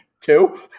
Two